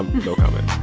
no comment